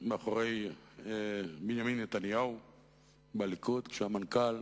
מאחורי בנימין נתניהו בליכוד, כשהיה מנכ"ל